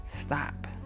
Stop